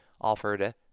offered